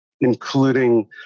including